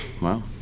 Wow